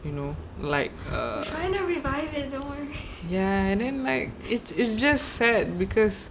you know like err ya and then like it's it's just sad because